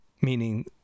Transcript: meaning